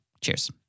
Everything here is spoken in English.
Cheers